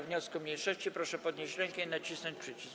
wniosku mniejszości, proszę podnieść rękę i nacisnąć przycisk.